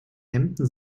hemden